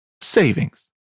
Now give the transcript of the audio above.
savings